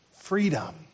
freedom